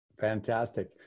Fantastic